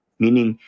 meaning